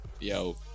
Yo